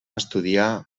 estudiar